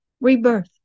Rebirth